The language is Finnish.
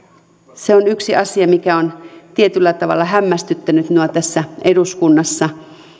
se on yksi asia mikä on tietyllä tavalla hämmästyttänyt minua tässä eduskunnassa